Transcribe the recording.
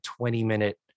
20-minute